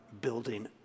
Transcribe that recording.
building